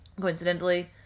Coincidentally